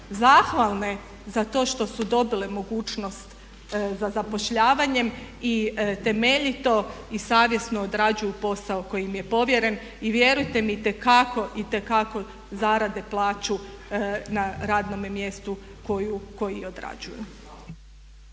zahvalne za to što su dobile mogućnost za zapošljavanjem i temeljito i savjesno odrađuju posao koji im je povjeren i vjerujte mi itekako i itekako zarade plaću na radnome mjestu koji odrađuju.